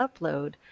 upload